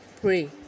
pray